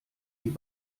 die